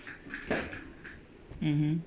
mmhmm